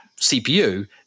CPU